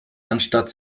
anstatt